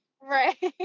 Right